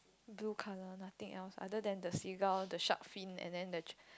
blue colour nothing else other than the seagull the shark fin and then the